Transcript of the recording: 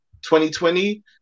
2020